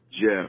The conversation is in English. Jeff